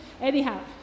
Anyhow